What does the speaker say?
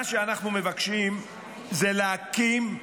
מה שאנחנו מבקשים זה להקים,